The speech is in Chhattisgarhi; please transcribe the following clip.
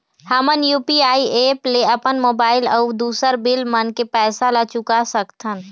हमन यू.पी.आई एप ले अपन मोबाइल अऊ दूसर बिल मन के पैसा ला चुका सकथन